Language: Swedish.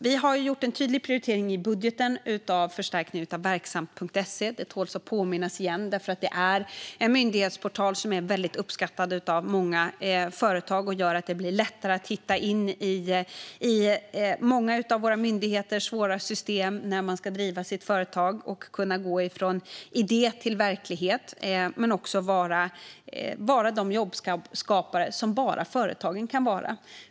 Vi har gjort en tydlig prioritering i budgeten genom förstärkningen av Verksamt.se. Det tål att påminna om igen, för det är en myndighetsportal som är väldigt uppskattad av många företag. Den gör det lättare att hitta in i många av våra myndigheters svåra system för den som ska starta ett eget företag och gå från idé till verklighet - och vara den jobbskapare som bara företagen kan vara.